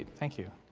thank you.